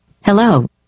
Hello